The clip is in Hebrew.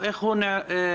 אגב,